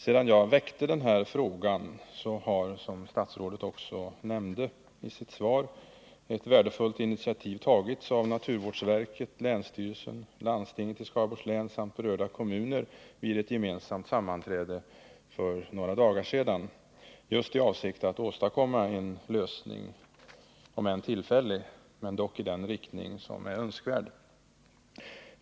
Sedan jag väckte denna fråga har, som statsrådet också nämnde i sitt svar, ett värdefullt initiativ tagits av naturvårdsverket, länsstyrelsen och landstinget i Skaraborgs län samt berörda kommuner vid ett gemensamt sammanträde för några dagar sedan just i avsikt att åstadkomma en lösning, om än tillfällig, i den riktning som är önskvärd.